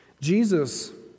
Jesus